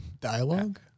Dialogue